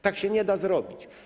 Tak się nie da zrobić.